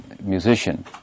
musician